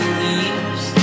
leaves